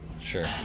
Sure